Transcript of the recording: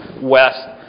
west